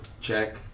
check